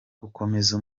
gukomeza